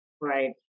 right